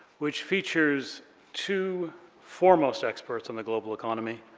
which features two foremost experts on the global economy,